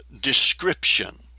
description